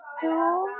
two